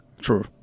True